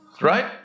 right